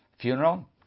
funeral